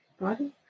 body